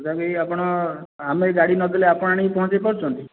ତଥାପି ଆପଣ ଆମେ ଗାଡ଼ି ନଦେଲେ ଆପଣ ଆଣିକି ପହଞ୍ଚାଇପାରୁଛନ୍ତି